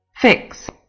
fix